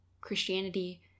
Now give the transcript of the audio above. Christianity